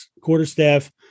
quarterstaff